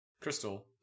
Crystal